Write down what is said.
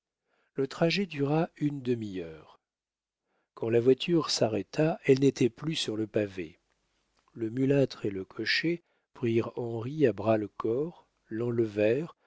le trajet dura une demi-heure quand la voiture s'arrêta elle n'était plus sur le pavé le mulâtre et le cocher prirent henri à bras le